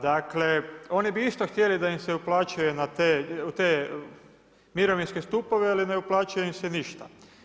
Dakle, oni bi isto htjeli da im se uplaćuje u te mirovinske stupove ali ne uplaćuje im se ništa.